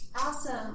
Awesome